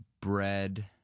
bread